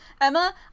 Emma